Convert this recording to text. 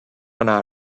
another